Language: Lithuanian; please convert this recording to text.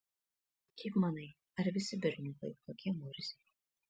kaip manai ar visi berniukai tokie murziai